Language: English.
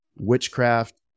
witchcraft